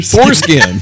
Foreskin